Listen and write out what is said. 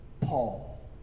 Paul